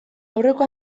aurreko